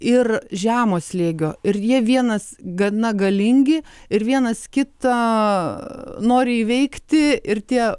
ir žemo slėgio ir jie vienas gana galingi ir vienas kitą nori įveikti ir tie